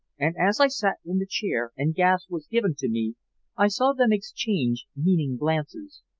and as i sat in the chair and gas was given to me i saw them exchange meaning glances.